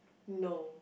no